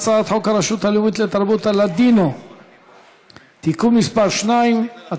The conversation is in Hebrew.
חוק הרשות הלאומית לתרבות הלאדינו (תיקון מס' 2),